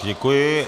Děkuji.